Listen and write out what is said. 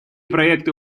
проекты